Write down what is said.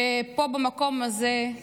ופה, במקום הזה,